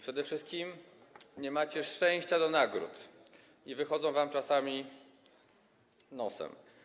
Przede wszystkim nie macie szczęścia do nagród i one wychodzą wam czasami nosem.